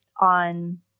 on